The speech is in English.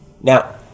Now